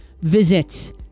Visit